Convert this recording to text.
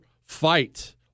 fight